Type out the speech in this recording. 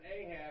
Ahab